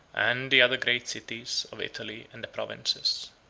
and the other great cities of italy and the provinces.